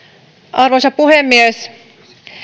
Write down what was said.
arvoisa puhemies